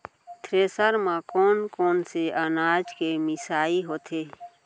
Thresher म कोन कोन से अनाज के मिसाई होथे?